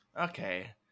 Okay